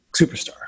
superstar